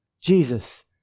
Jesus